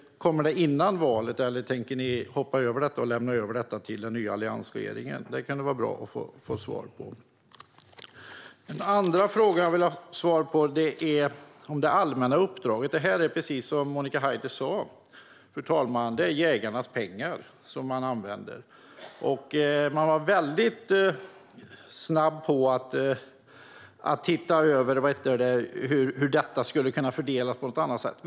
Kommer det före valet, eller tänker ni hoppa över detta och lämna över det till den nya alliansregeringen? Det kunde vara bra att få svar på. En annan fråga som jag vill ha svar på handlar om det allmänna uppdraget. Precis som Monica Haider sa, fru talman, är det jägarnas pengar som man använder. Man var väldigt snabb med att se över hur detta skulle kunna fördelas på ett annat sätt.